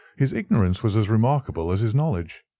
his ignorance was as remarkable as his knowledge.